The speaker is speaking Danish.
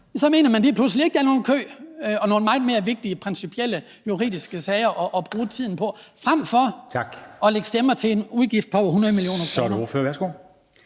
– mener man lige pludselig ikke, der er nogen kø og nogen meget mere principielt vigtige juridiske sager at bruge tiden på frem for at lægge stemmer til en udgift på over 100 mio. kr. Kl. 13:00 Formanden (Henrik